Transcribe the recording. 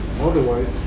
Otherwise